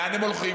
לאן הם הולכים?